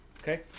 Okay